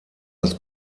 als